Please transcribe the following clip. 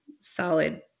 solid